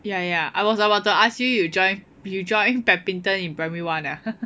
ya ya I was about to ask you you join you join badminton in primary one ah